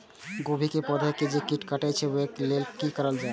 गोभी के पौधा के जे कीट कटे छे वे के लेल की करल जाय?